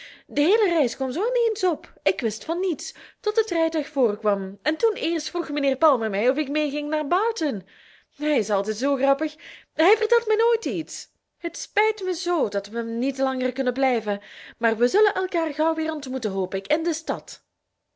de heele reis kwam zoo ineens op ik wist van niets tot het rijtuig voorkwam en toen eerst vroeg mijnheer palmer mij of ik meeging naar barton hij is altijd zoo grappig hij vertelt mij nooit iets het spijt mij zoo dat we niet langer kunnen blijven maar we zullen elkaar gauw weer ontmoeten hoop ik in de stad